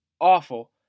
awful